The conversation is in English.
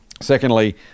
Secondly